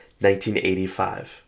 1985